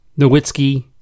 Nowitzki